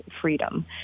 freedom